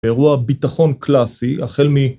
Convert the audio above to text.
אירוע ביטחון קלאסי החל מ...